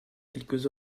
quelques